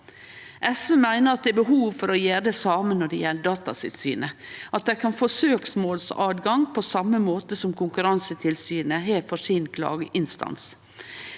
SV meiner at det er behov for å gjere det same når det gjeld Datatilsynet, at dei kan få søksmålsadgang på same måte som Konkurransetilsynet har for sin klageinstans.